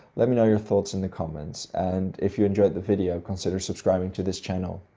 let me know your thoughts in the comments and if you enjoyed the video, considering subscribing to this channel.